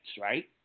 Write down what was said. right